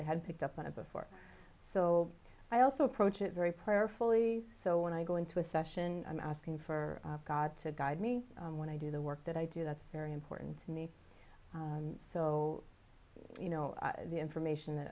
they had picked up on it before so i also approach it very prayerfully so when i go into a session i'm asking for god to guide me when i do the work that i do that's very important to me so you know the information that